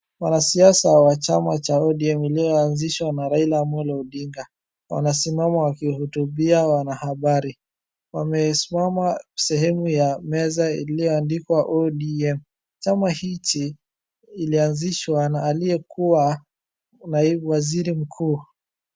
Wanasiasa wa chama cha ODM iliyoanzishwa na Raila Amolo Odinga wanasimama wakihutubia wanahabari. Wamesimamia sehemu ya meza iliyoandikwa ODM. Chama hichi ilianzishwa na aliyekuwa naibu waziri mkuu.